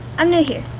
i'm new here.